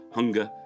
hunger